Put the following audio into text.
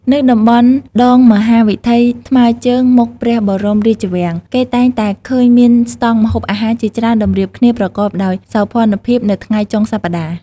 នៅតំបន់ដងមហាវិថីថ្មើរជើងមុខព្រះបរមរាជវាំង គេតែងតែឃើញមានស្តង់ម្ហូបអាហារជាច្រើនតម្រៀបគ្នាប្រកបដោយសោភ័ណភាពនៅថ្ងៃចុងសប្ដាហ៍។